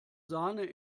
sahne